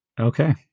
Okay